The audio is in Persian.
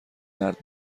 مرد